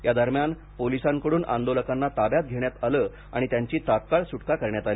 यादरम्यान पोलिसांकडून आंदोलकांना ताब्यात घेण्यात आलं आणि त्यांची तात्काळ सुटका करण्यात आली